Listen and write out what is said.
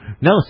No